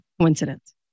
coincidence